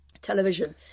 television